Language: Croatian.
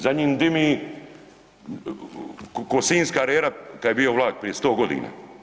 Za njim dimi k'o sinjska rera kad je bio vlak prije 100 godina.